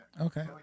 Okay